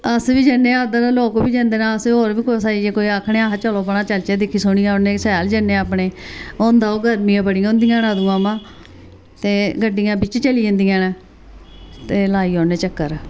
अस बी जन्ने आं उद्धर लोक बी जंदे न अस होर बी कुसै ई कोई आखने आं चलो अपने चलचै दिक्खी सुनी औने आं कि शैल जन्ने आं अपने होंदा ओह् गर्मियां बड़ियां होंदियां न अदूं अमां ते गड्डियां बिच चली जंदियां न ते लाई औने चक्कर